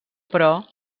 però